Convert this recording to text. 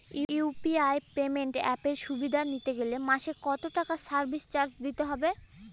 UPI payment অ্যাপের সুবিধা নিতে গেলে মাসে কত টাকা সার্ভিস চার্জ দিতে হবে?